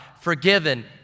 forgiven